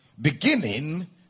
beginning